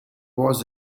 was